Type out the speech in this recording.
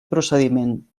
procediment